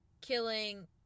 killing